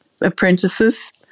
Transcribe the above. apprentices